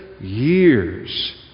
years